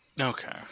okay